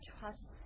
trust